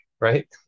right